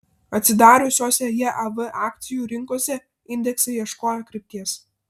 atsidariusiose jav akcijų rinkose indeksai ieškojo krypties